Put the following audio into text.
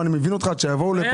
מבחינתי כל ילד הוא ילד,